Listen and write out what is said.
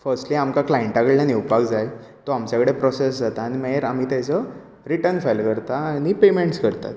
firstly आमकां क्लांयटा कडल्यान येवपाक जाय तो आमच्या कडेन प्रोसॅस जाता आनी मागीर आमी तेचो रिटर्न फायल करतात आनी पॅयमॅण्ट्स करतात